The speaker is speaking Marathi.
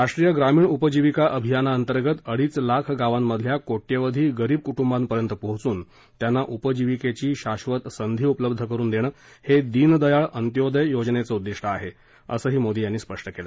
राष्ट्रीय ग्रामीण उपजिवीका अभियानाअंतर्गत अडीच लाख गावांमधल्या कोट्यवधी गरीब कुटुंबांपर्यंत पोचून त्यांना उपजिवीकेची शाधत संधी उपलब्ध करुन देणं हे दीनदयाळ अंत्योदय योजनेचं उद्दिष्ट आहे असं मोदी यांनी सांगितलं